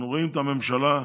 אנחנו רואים את הממשלה,